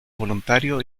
voluntario